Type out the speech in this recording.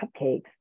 cupcakes